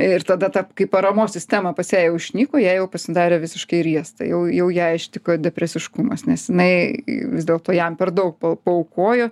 ir tada ta kai paramos sistema pas ją jau išnyko jai jau pasidarė visiškai riesta jau jau ją ištiko depresiškumas nes jinai vis dėlto jam per daug paaukojo